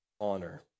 honor